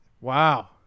Wow